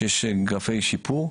שיש גרפי שיפור.